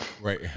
Right